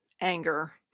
anger